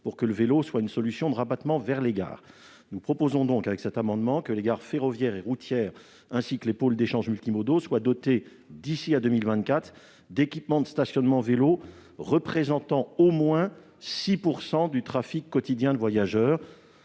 afin que le vélo soit une solution de rabattement vers les gares. Ainsi, nous proposons que les gares ferroviaires et routières, ainsi que les pôles d'échanges multimodaux, soient dotées, d'ici à 2024, d'équipements de stationnement de vélo représentant au moins 6 % du trafic quotidien de voyageurs,